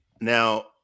Now